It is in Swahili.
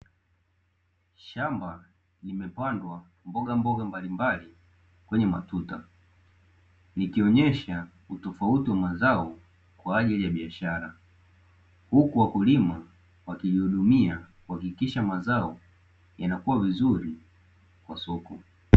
Shamba limepandwa mbogamboga mbalimbali kwenye matuta , ikionyesha utofauti wa mazao kwaajili ya biashara , huku wakulima wakihudumia kuhakikisha mazao yanakua vizuri kwa soko.